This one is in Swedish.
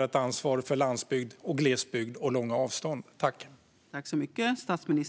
ett ansvar för landsbygd, glesbygd och långa avstånd innebär?